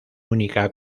única